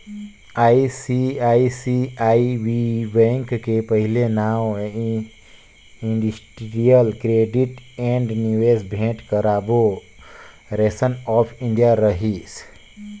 ICICI bank के पहिले नांव इंडस्टिरियल क्रेडिट ऐंड निवेस भेंट कारबो रेसन आँफ इंडिया रहिस